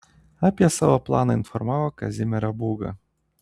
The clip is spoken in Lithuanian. apie savo planą informavo kazimierą būgą